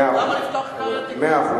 למה לפתוח כאן, מאה אחוז.